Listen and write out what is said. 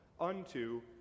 unto